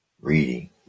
reading